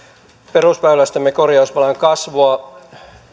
perusväylästömme korjausvelan kasvua